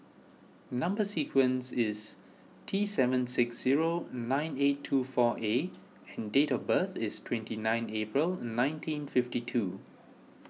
Number Sequence is T seven six zero nine eight two four A and date of birth is twenty nine April nineteen fifty two